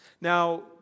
Now